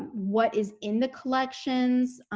what is in the collections?